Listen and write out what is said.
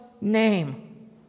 name